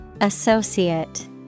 Associate